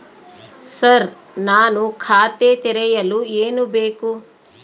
Sir ನಾನು ಖಾತೆ ತೆರೆಯಲು ಏನು ಬೇಕು?